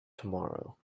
tomorrow